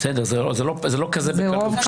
--- זה רוב חברי הכנסת.